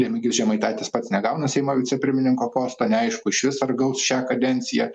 remigijus žemaitaitis pats negauna seimo vicepirmininko posto neaišku išvis ar gaus šią kadenciją